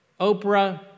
Oprah